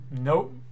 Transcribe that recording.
nope